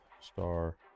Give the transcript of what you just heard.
Star